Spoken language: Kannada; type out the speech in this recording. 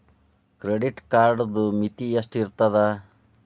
ಕ್ರೆಡಿಟ್ ಕಾರ್ಡದು ಮಿತಿ ಎಷ್ಟ ಇರ್ತದ?